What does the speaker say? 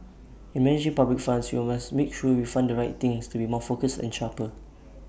in managing public funds we must make sure we fund the right things to be more focused and sharper